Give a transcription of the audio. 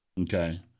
okay